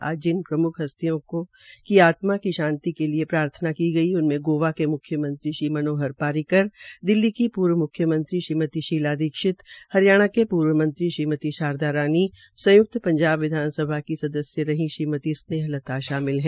आज जिन प्रम्ख हस्तियों की आतमाओं को शांति के लिए प्रार्थना की गई उनमें गोवा के मुख्यमंत्री श्री मनोहर परिकर दिल्ली की पूर्व मुख्यमंत्री श्रीमती शीला दीक्षित हरियाणा के पूर्व मंत्री श्रीमती शारदा रानी संय्क्त पंजाब विधानसभा की सदस्य रही श्रीमती स्नेहलता शामिल है